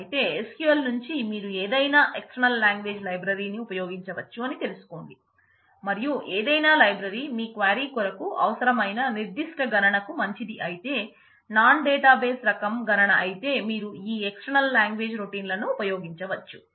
అయితే SQL నుంచి మీరు ఏదైనా ఎక్సటర్నల్ లాంగ్వేజ్ లైబ్రరీని లను ఉపయోగించవచ్చు